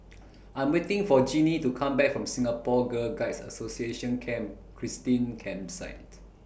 I'm waiting For Genie to Come Back from Singapore Girl Guides Association Camp Christine Campsite